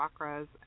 chakras